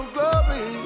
Glory